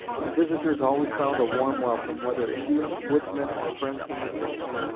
and visitors always found a warm welcome, whether indians, woodsmen, or friends from the cities.